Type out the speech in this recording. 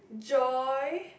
joy